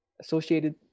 Associated